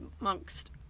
amongst